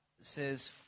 says